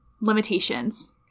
limitations